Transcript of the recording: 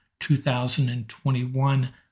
2021